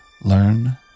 learn